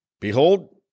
behold